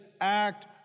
act